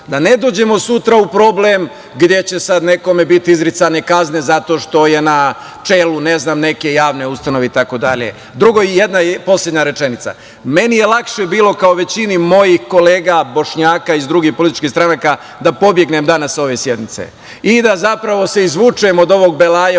da ne dođemo sutra u problem gde će sada nekome biti izricane kazne zato što je na čelu, ne znam, neke javne ustanove itd. Drugo, i poslednja rečenica, meni je lakše bilo, kao i većini mojih kolega Bošnjaka iz drugih političkih stranaka, da pobegnem danas sa ove sednice i da se zapravo izvučem od ovog belaja